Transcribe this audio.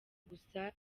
gusa